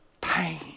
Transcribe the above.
pain